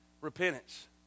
Repentance